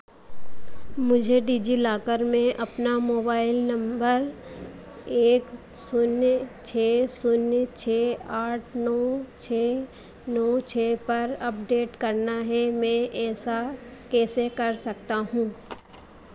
मुझे डिजिलॉकर में अपना मोबाइल नंबर एक शून्य छः शून्य छः आठ नौ छः नौ छः पर अपडेट करना है मैं ऐसा कैसे कर सकता हूँ